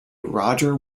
roger